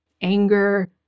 anger